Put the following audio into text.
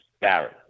Barrett